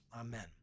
Amen